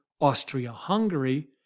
Austria-Hungary